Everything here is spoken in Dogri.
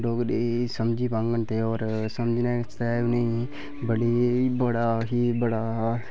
डोगरी समझी पांङन होर समझने आस्तै इ'नेंगी बड़ी बड़ा